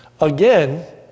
Again